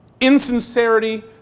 insincerity